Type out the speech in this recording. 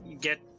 get